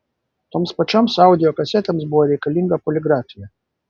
toms pačioms audio kasetėms buvo reikalinga poligrafija